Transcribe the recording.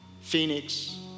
Phoenix